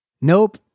Nope